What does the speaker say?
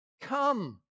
Come